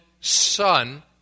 Son